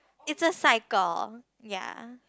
it's a cycle ya